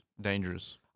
Dangerous